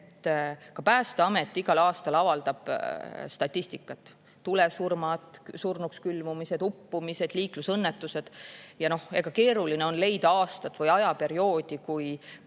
Ka Päästeamet igal aastal avaldab statistikat: tulesurmad, surnuks külmumised, uppumised, liiklusõnnetused. Keeruline on leida aastat või ajaperioodi, kui